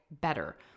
better